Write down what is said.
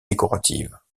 décoratives